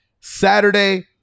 Saturday